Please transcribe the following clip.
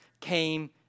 came